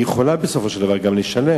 היא יכולה בסופו של דבר גם לשלם.